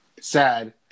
sad